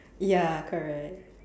ya correct